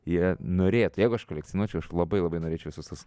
jie norėtų jeigu aš kolekcionuočiau aš labai labai norėčiau visus tuos